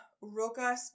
Roca